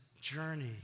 journey